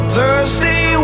Thursday